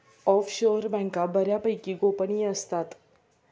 offshore बँका बऱ्यापैकी गोपनीय असतात